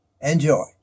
Enjoy